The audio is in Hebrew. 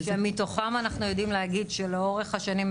שמתוכם אנחנו יודעים להגיד שלאורך השנים,